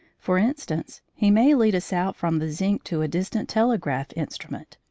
for instance, he may lead us out from the zinc to a distant telegraph instrument,